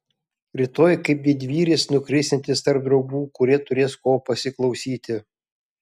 rytoj kaip didvyris nukrisiantis tarp draugų kurie turės ko pasiklausyti